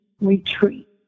retreat